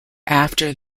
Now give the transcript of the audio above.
after